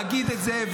להגיד את זה,